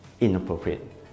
inappropriate